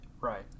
Right